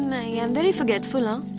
i am very forgetful.